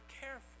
careful